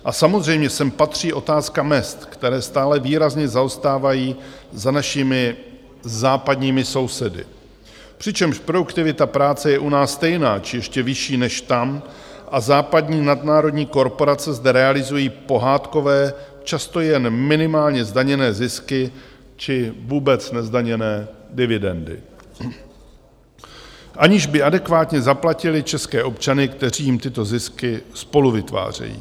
A samozřejmě sem patří otázka mezd, které stále výrazně zaostávají za našimi západními sousedy, přičemž produktivita práce je u nás stejná, či ještě vyšší než tam, a západní nadnárodní korporace zde realizují pohádkové, často jen minimálně zdaněné zisky, či vůbec nezdaněné dividendy, aniž by adekvátně zaplatily české občany, kteří jim tyto zisky spoluvytvářejí.